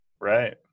right